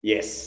Yes